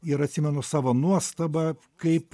ir atsimenu savo nuostabą kaip